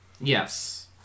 Yes